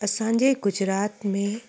असांजे गुजरात में